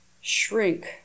shrink